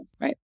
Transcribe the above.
right